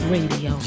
Radio